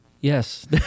Yes